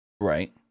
Right